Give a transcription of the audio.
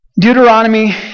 Deuteronomy